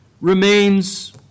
remains